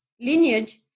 lineage